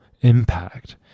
impact